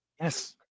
Yes